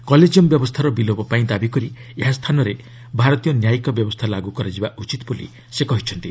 collegium ବ୍ୟବସ୍ଥାର ବିଲୋପ ପାଇଁ ଦାବି କରି ଏହା ସ୍ଥାନରେ ଭାରତୀୟ ନ୍ୟାୟିକ ବ୍ୟବସ୍ଥା ଲାଗ୍ର କରାଯିବା ଉଚିତ୍ ବୋଲି ସେ କହିଛନ୍ତି